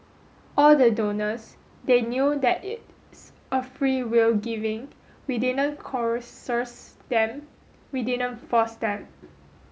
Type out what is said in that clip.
all the donors they knew that it's a freewill giving we didn't coerce them we didn't force them